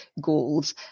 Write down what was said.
goals